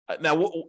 Now